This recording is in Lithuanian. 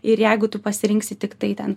ir jeigu tu pasirinksi tiktai ten